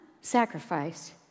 sacrifice